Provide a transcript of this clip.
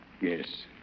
Yes